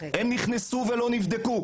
אבל כשהם נכנסו הם הדביקו.